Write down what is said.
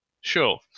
sure